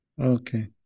Okay